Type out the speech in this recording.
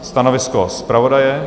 Stanovisko zpravodaje?